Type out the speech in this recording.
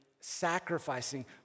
sacrificing